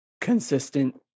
consistent